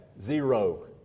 Zero